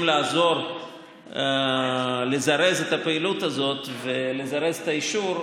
לעזור לזרז את הפעילות הזאת ולזרז את האישור,